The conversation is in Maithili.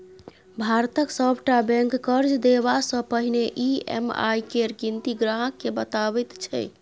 भारतक सभटा बैंक कर्ज देबासँ पहिने ई.एम.आई केर गिनती ग्राहकेँ बताबैत छै